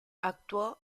actuó